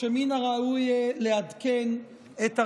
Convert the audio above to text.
שמן הראוי לעדכן את הרשימה.